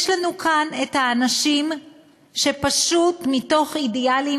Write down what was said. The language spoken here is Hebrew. יש לנו כאן את האנשים שפשוט מתוך אידיאלים